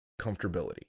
comfortability